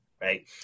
right